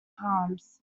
palms